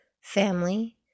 family